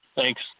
thanks